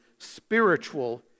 spiritual